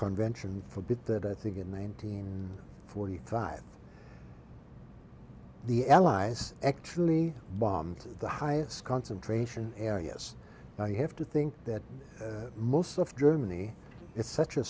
convention forbid that i think in the nineteen forty five the allies actually bombed the highest concentration areas and i have to think that most of germany it's such a